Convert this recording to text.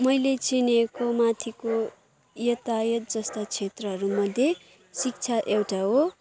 मैले चिनेको माथिको यातायात जस्ता क्षेत्रहरूमध्ये शिक्षा एउटा हो